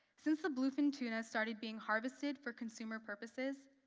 since the bluefin tuna started being harvested for consumer purposes,